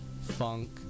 funk